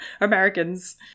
Americans